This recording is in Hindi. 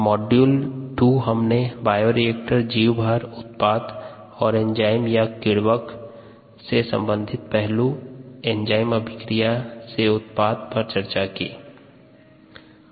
मॉड्यूल 2 हमने बायोरिएक्टर जीवभार उत्पाद और एंजाइम या किण्वक से संबंधित पहलू एंजाइम अभिक्रिया से उत्पाद निर्माण पर चर्चा की थी